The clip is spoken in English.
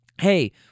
hey